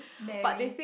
marry